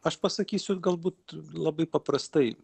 aš pasakysiu galbūt labai paprastai